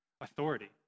authority